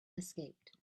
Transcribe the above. escaped